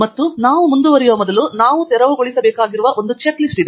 ಮತ್ತು ನಾವು ಮುಂದುವರಿಯುವ ಮೊದಲು ನಾವು ತೆರವುಗೊಳಿಸಬೇಕಾಗಿರುವ ಒಂದು ಚೆಕ್ ಲಿಸ್ಟ್ ಇದೆ